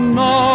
no